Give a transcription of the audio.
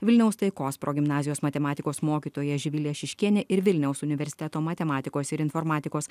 vilniaus taikos progimnazijos matematikos mokytoja živile šiškiene ir vilniaus universiteto matematikos ir informatikos